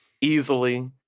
easily